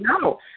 No